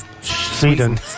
Sweden